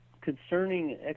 concerning